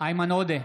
איימן עודה,